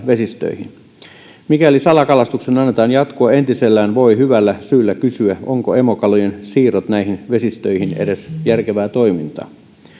vesistöihin mikäli salakalastuksen annetaan jatkua entisellään voi hyvällä syyllä kysyä ovatko emokalojen siirrot näihin vesistöihin edes järkevää toimintaa